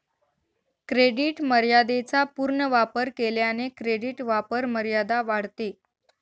credit मर्यादेचा पूर्ण वापर केल्याने क्रेडिट वापरमर्यादा वाढते